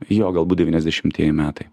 jo galbūt devyniasdešimtieji metai